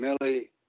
millie